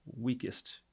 weakest